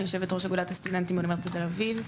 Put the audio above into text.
יושבת-ראש אגודת הסטודנטים באוניברסיטת תל אביב.